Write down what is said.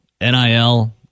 NIL